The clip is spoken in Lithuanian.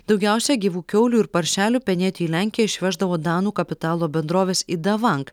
daugiausia gyvų kiaulių ir paršelių penėt į lenkiją išveždavo danų kapitalo bendrovės idavang